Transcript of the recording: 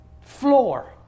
floor